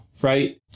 right